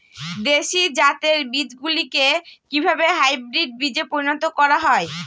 দেশি জাতের বীজগুলিকে কিভাবে হাইব্রিড বীজে পরিণত করা হয়?